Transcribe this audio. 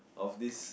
of this